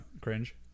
Cringe